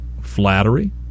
Flattery